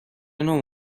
نوع